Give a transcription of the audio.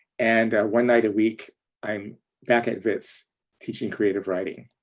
and one night a week i'm back at wits teaching creative writing.